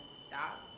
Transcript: stop